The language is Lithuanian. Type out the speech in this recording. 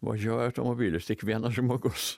važiuoja automobilis tik vienas žmogus